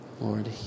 Lord